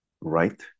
right